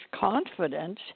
confidence